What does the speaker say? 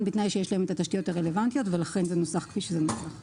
בתנאי שיש להם את התשתיות הרלוונטיות ולכן זה נוסח כפי שנוסח.